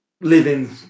living